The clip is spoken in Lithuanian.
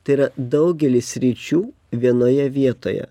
tai yra daugelis sričių vienoje vietoje